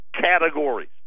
categories